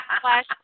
Flash